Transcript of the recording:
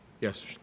Yes